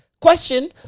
question